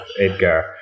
Edgar